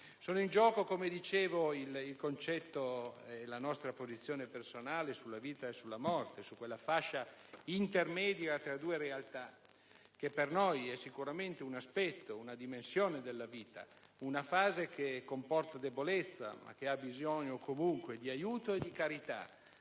Sono in gioco il concetto e la nostra posizione personale sulla vita e sulla morte, su quella fascia intermedia tra due realtà che per noi è sicuramente un aspetto, una dimensione della vita, una fase che comporta debolezza, ma che ha bisogno comunque di aiuto e di carità